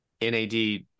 NAD